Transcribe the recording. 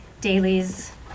dailies